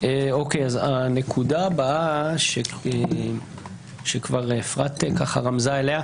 הנקודה הבאה שכבר אפרת רמזה עליה,